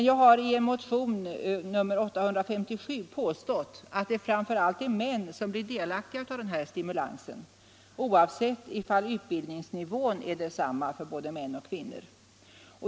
Jag har i motion nr 857 påstått att det framför allt är män som blir delaktiga av denna stimulans oavsett om utbildningsnivån är densamma för män och kvinnor.